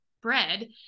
bread